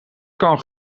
kan